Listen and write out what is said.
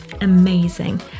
amazing